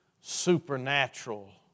supernatural